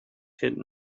hidden